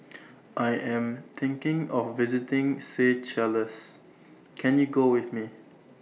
I Am thinking of visiting Seychelles Can YOU Go with Me